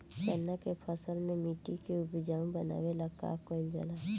चन्ना के फसल में मिट्टी के उपजाऊ बनावे ला का कइल जाला?